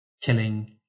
killing